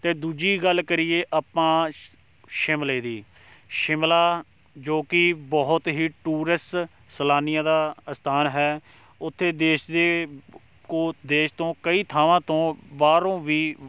ਅਤੇ ਦੂਜੀ ਗੱਲ ਕਰੀਏ ਆਪਾਂ ਸ਼ਿਮਲੇ ਦੀ ਸ਼ਿਮਲਾ ਜੋ ਕਿ ਬਹੁਤ ਹੀ ਟੂਰੈਸਟ ਸੈਲਾਨੀਆਂ ਦਾ ਸਥਾਨ ਹੈ ਉੱਥੇ ਦੇਸ਼ ਦੇ ਕੋ ਦੇਸ਼ ਤੋਂ ਕਈ ਥਾਵਾਂ ਤੋਂ ਬਾਹਰੋਂ ਵੀ